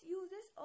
uses